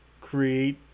create